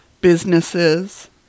businesses